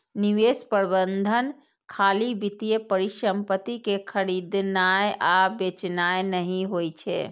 निवेश प्रबंधन खाली वित्तीय परिसंपत्ति कें खरीदनाय आ बेचनाय नहि होइ छै